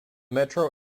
metro